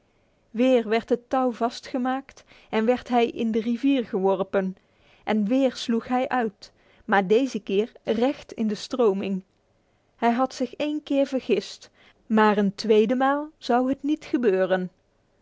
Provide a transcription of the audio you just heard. weer werd het touw vastgemaakt en werd hij in de rivier geworpen en weer sloeg hij uit maar deze keer recht in de stroming hij had zich één keer vergist maar een tweede maal zou het niet gebeuren